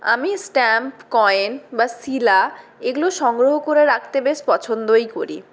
আমি stamp coin বা শিলা এগুলো সংগ্রহ করে রাখতে বেশ পছন্দই করি